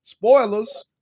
Spoilers